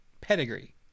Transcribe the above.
pedigree